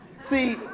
See